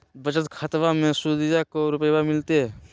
बचत खाताबा मे सुदीया को रूपया मिलते?